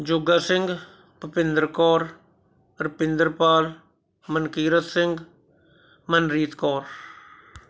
Joga Singh Bhupinder Kaur Rupinder Pal Mankirat Singh Manreet Kaur